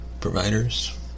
providers